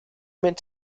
meant